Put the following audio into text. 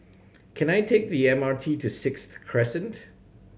can I take the M R T to Sixth Crescent